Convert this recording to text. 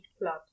blood